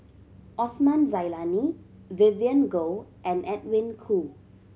Osman Zailani Vivien Goh and Edwin Koo